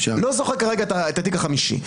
אני לא זוכר כרגע את התיק החמישי.